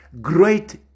Great